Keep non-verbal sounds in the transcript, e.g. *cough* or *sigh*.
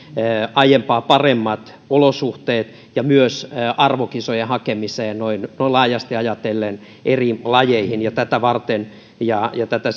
aiempaa paremmat olosuhteet ja myös arvokisojen hakemiseen noin laajasti ajatellen eri lajeihin tätä varten ja ja tätä *unintelligible*